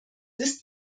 ist